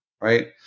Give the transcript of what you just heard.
right